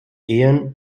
ehen